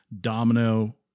domino